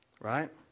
Right